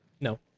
No